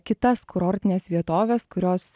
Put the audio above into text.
kitas kurortines vietoves kurios